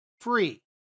free